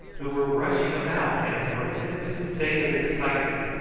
who were rushing about in a tremendous state of excitement,